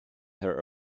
her